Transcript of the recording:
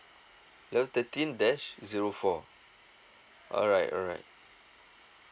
level thirteen dash zero four alright alright